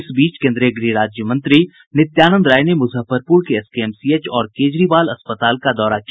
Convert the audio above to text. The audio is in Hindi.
इस बीच कोन्द्रीय गृह राज्य मंत्री नित्यानंद राय ने मूजफ्फरपूर के एसकेएमसीएच और केजरीवाल अस्पताल का दौरा किया